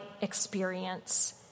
experience